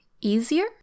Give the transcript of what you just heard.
easier